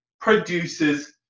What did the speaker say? produces